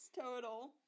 total